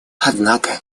однако